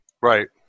Right